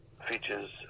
features